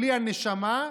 בלי הנשמה,